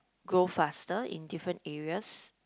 go faster in different areas